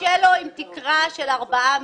קשה לו עם תקרה של ארבעה מיליון,